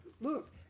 Look